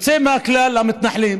היוצא מן הכלל הוא המתנחלים.